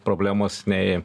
problemos nei